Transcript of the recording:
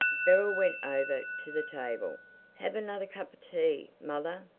beryl went over to the table have another cup of tea, mother.